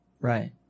right